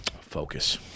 focus